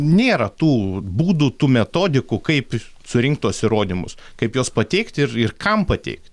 nėra tų būdų tų metodikų kaip surinkt tuos įrodymus kaip juos pateikti ir ir kam pateikt